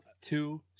two